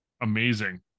Amazing